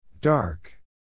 dark